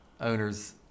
owners